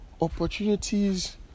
opportunities